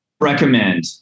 recommend